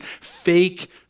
fake